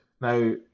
Now